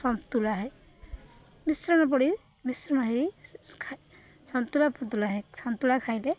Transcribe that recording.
ସନ୍ତୁଳା ହେଇ ମିଶ୍ରଣ ପଡ଼ି ମିଶ୍ରଣ ହେଇ ସନ୍ତୁଳା ଫନ୍ତୁଳା ହେଇ ସନ୍ତୁଳା ଖାଇଲେ